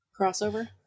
Crossover